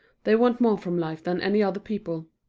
they want more from life than any other people.